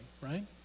right